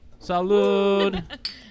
Salud